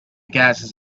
gases